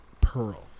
Pearl